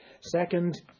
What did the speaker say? Second